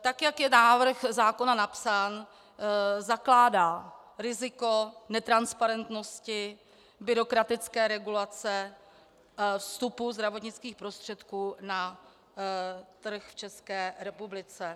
Tak jak je návrh zákona napsán, zakládá riziko netransparentnosti, byrokratické regulace vstupu zdravotnických prostředků na trh v České republice.